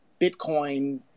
Bitcoin